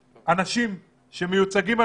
אנחנו כבר עשרה חודשים באירוע,